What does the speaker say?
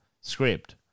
script